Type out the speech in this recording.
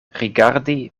rigardi